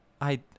I-